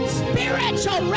spiritual